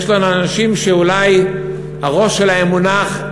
יש לנו אנשים שאולי הראש שלהם מונח,